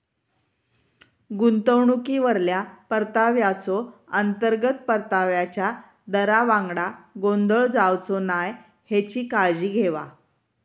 गुंतवणुकीवरल्या परताव्याचो, अंतर्गत परताव्याच्या दरावांगडा गोंधळ जावचो नाय हेची काळजी घेवा